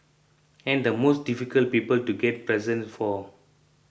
and the most difficult people to get presents for